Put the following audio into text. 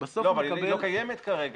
אבל היא לא קיימת כרגע.